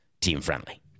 team-friendly